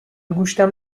گوشتم